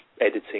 editing